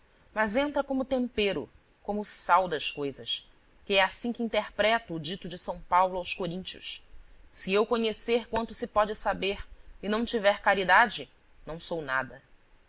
mas entra como tempero como o sal das coisas que é assim que interpreto o dito de são paulo aos coríntios se eu conhecer quanto se pode saber e não tiver caridade não sou nada